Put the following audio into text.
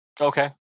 Okay